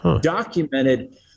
documented